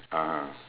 (uh huh)